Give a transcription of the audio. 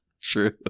True